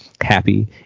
happy